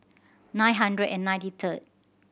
nine hundred and ninety third